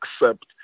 accept